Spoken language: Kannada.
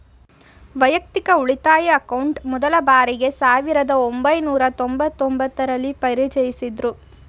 ವೈಯಕ್ತಿಕ ಉಳಿತಾಯ ಅಕೌಂಟ್ ಮೊದ್ಲ ಬಾರಿಗೆ ಸಾವಿರದ ಒಂಬೈನೂರ ತೊಂಬತ್ತು ಒಂಬತ್ತು ರಲ್ಲಿ ಪರಿಚಯಿಸಿದ್ದ್ರು